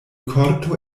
korto